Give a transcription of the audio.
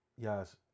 Yes